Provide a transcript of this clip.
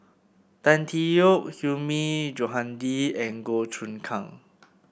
Tan Tee Yoke Hilmi Johandi and Goh Choon Kang